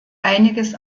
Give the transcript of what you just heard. einiges